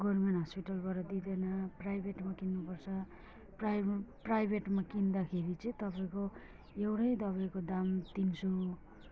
government हस्पिटलबाट दिँदैन प्राइभेटमा किन्नुपर्छ प्राइबो प्राइभेटमा किन्दाखेरि चाहिँ तपाईँको एउटै दबाईको दाम तिन सौ